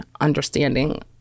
understanding